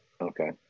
Okay